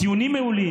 ציונים מעולים.